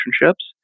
relationships